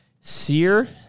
sear